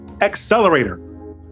Accelerator